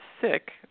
sick